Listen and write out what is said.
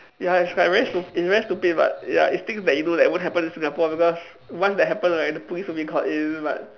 ya it's like very stup~ it's very stupid but ya it's things that you know that won't happen in Singapore because once that happen right the police will be called in but